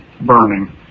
burning